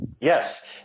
Yes